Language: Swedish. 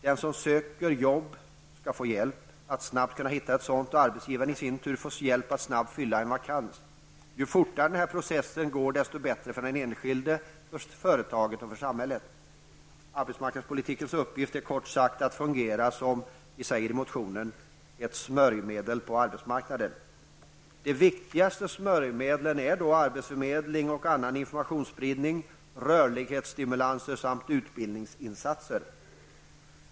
Den som söker jobb skall få hjälp att snabbt kunna hitta ett sådant, och arbetgivaren i sin tur får hjälp att snabbt fylla vakanserna. Ju fortare den här processen går, desto bättre är det för den enskilde, för företaget och för samhället. Arbetsmarknadspolitikens uppgift är kort sagt att, som vi säger i motionen, fungera som ett smörjmedel på arbetsmarknaden. De viktigaste smörjmedlen är arbetsförmedling och annan informationsspridning, rörlighetsstimulanser samt utbildningsinsatser.